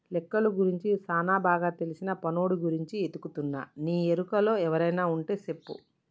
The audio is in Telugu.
లెక్కలు గురించి సానా బాగా తెల్సిన పనోడి గురించి ఎతుకుతున్నా నీ ఎరుకలో ఎవరైనా వుంటే సెప్పు